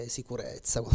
sicurezza